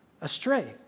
astray